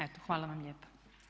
Eto, hvala vam lijepa.